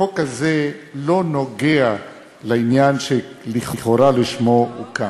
החוק הזה לא נוגע לעניין שלכאורה לשמו הוא כאן.